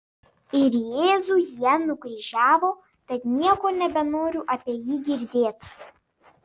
ir jėzų jie nukryžiavo tad nieko nebenoriu apie jį girdėt